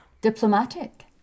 Diplomatic